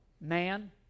man